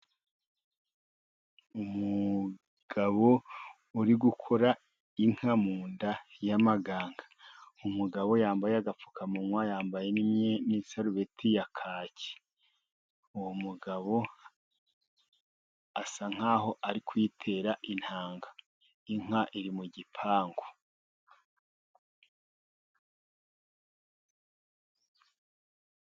Umugabo uri gukora inka mu nda y'amaganga. Umugabo yambaye agapfukamunwa, yambaye n'isarubeti ya kaki. Uwo mugabo asa nk'aho ari kuyitera intanga. Inka iri mu gipangu.